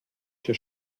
się